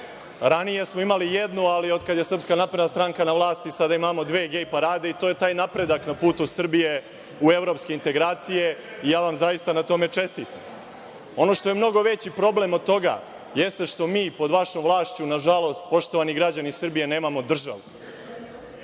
Ranije smo imali jednu, ali, otkad je Srpska napredna stranka na vlasti, sada imamo dve gej parade i to je taj napredak na putu Srbije u evropske integracije i ja vam zaista na tome čestitam. Ono što je mnogo veći problem od toga, jeste što mi pod vašom vlašću, nažalost, poštovani građani Srbije, nemamo državu.